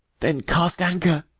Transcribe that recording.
then cast anchor.